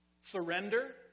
Surrender